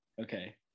okay